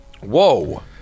Whoa